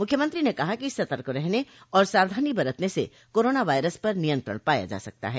मुख्यमंत्री ने कहा कि सतर्क रहने और सावधानी बरतने से कोरोना वायरस पर नियंत्रण पाया जा सकता है